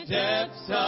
depths